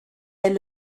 est